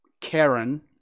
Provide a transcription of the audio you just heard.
Karen